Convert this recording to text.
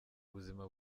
ubuzima